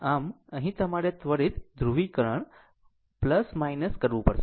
આમ અહીં તમારે ત્વરિત ધ્રુવીકરણ કરવું પડશે